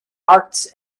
arts